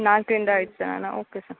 ನಾಲ್ಕರಿಂದ ಐದು ಸಲ ಓಕೆ ಸರ್